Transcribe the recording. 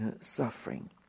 suffering